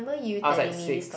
I was like six